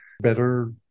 better